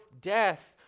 death